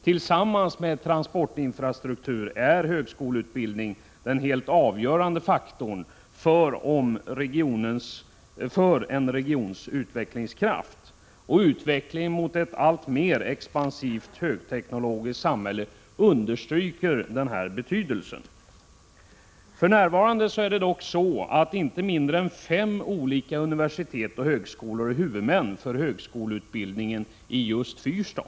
Tillsammans med transportinfrastrukturen är högskoleutbildning den helt avgörande faktorn för en regions utvecklingskraft. Utvecklingen mot ett alltmer expansivt högteknologiskt samhälle understryker denna betydelse. För närvarande är emellertid inte mindre än fem olika universitet och högskolor huvudmän för högskoleutbildningen i ”fyrstadsområdet”.